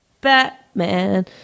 Batman